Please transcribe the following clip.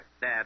Dad